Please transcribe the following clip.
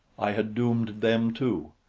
i had doomed them too.